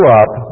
up